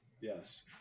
Yes